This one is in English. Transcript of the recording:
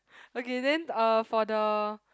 okay then uh for the